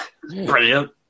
Brilliant